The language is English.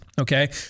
okay